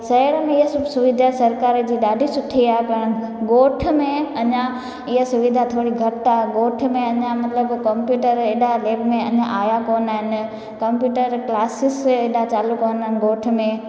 शहर में इहे सभु सुविधा सरकार जी ॾाढी सुठी आहे पाण ॻोठ में अञा इहा सुविधा थोरी घटि आहे ॻोठ में अञा मतिलबु कंप्यूटर एॾा लेब में अञा आहियां कोन आहिनि कंप्यूटर क्लासिस बि एॾा चालू कोन आहिनि ॻोठ में